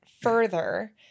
further